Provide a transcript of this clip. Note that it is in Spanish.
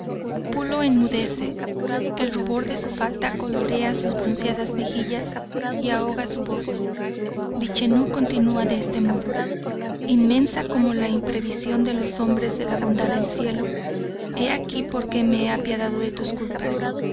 pulo enmudece el rubor de su falta colora sus bronceadas mejillas y ahoga su voz vichenú continua de este modo inmensa como la imprevisión de los hombres de la bondad del cielo he aquí por que me he apiadado de tus culpas